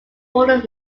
bordered